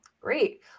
Great